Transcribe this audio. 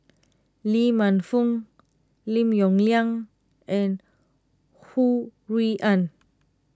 Lee Man Fong Lim Yong Liang and Ho Rui An